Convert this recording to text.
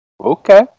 Okay